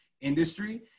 industry